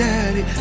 Daddy